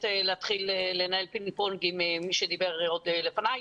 להתחיל לנהל פינג-פונג עם מי שדיבר לפניי.